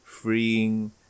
Freeing